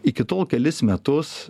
iki tol kelis metus